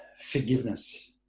forgiveness